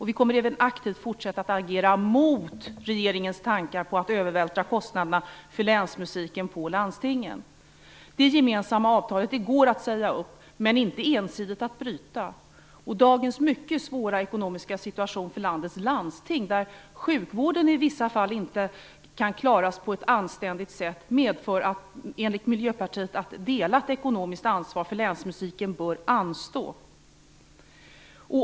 Vi kommer även aktivt att fortsätta att agera mot regeringens tankar på att övervältra kostnaderna för länsmusiken på landstingen. Det gemensamma avtalet går att säga upp men kan inte ensidigt brytas. Dagens mycket svåra ekonomiska situation för landets landsting, där sjukvården i vissa fall inte kan klaras på ett anständigt sätt, medför enligt Miljöpartiet att ett delat ekonomiskt ansvar för länsmusiken bör anstå.